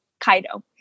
Kaido